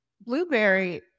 blueberry